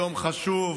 יום חשוב